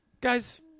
Guys